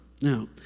Now